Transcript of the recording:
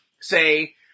say